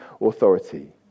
authority